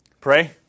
Pray